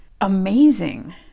amazing